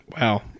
Wow